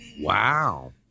Wow